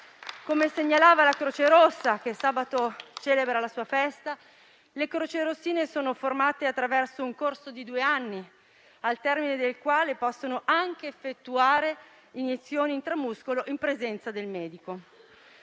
Come segnalava la Croce Rossa, che sabato celebra la sua festa, le crocerossine sono formate attraverso un corso di due anni, al termine del quale possono anche effettuare iniezioni intramuscolo in presenza del medico.